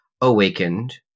awakened